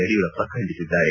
ಯಡಿಯೂರಪ್ಪ ಖಂಡಿಸಿದ್ದಾರೆ